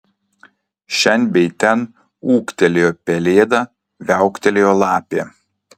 šen bei ten ūktelėjo pelėda viauktelėjo lapė